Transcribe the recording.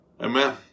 Amen